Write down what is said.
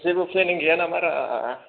जेबो प्लेनिं गैया नामा रा